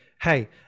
hey